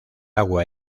agua